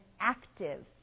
active